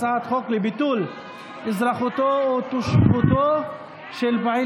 הצעת חוק לביטול אזרחותו או תושבותו של פעיל